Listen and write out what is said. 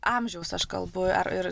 amžiaus aš kalbu ar ir